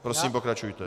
Prosím, pokračujte.